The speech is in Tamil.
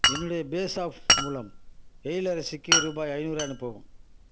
என்னுடைய பேஸாஃப் மூலம் எழிலரசிக்கு ரூபாய் ஐந்நூறு அனுப்பவும்